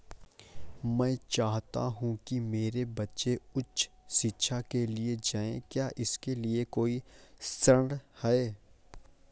मैं चाहता हूँ कि मेरे बच्चे उच्च शिक्षा के लिए जाएं क्या इसके लिए कोई ऋण है?